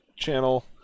Channel